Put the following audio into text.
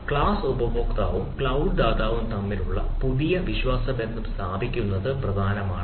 class ഉപഭോക്താവും cloud ദാതാവും തമ്മിലുള്ള പുതിയ വിശ്വാസബന്ധം സ്ഥാപിക്കുന്നത് പ്രധാനമാണ്